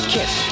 Kiss